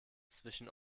zwischen